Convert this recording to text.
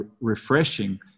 refreshing